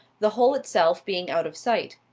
the hole itself being out of sight.